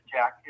Jack